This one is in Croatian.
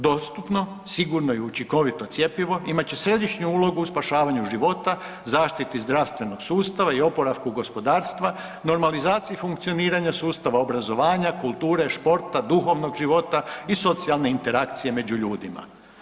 Dostupno, sigurno i učinkovito cjepivo imat će središnju ulogu u spašavanju života, zaštiti zdravstvenog sustava i oporavku gospodarstva, normalizaciji funkcioniranja sustava obrazovanja, kulture, športa, duhovnog života i socijalne interakcije među ljudima.